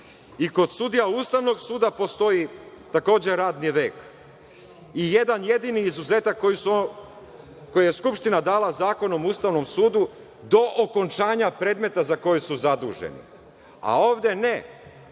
i kod sudija Ustavnog suda postoji takođe radni vek. Jedan jedini izuzetak koji je Skupština dala Zakonom o Ustavom sudu do okončanja predmeta za koje su zaduženi, a ovde ne,